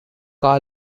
car